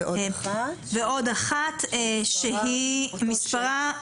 ועוד אחת שמספרה